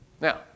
Now